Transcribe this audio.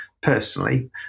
personally